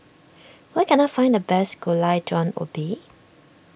where can I find the best Gulai Daun Ubi